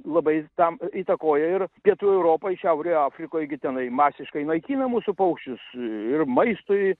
labai tam įtakoja ir pietų europoj šiaurė afrikoj gi tenai masiškai naikina mūsų paukščius ir maistui